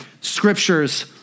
Scriptures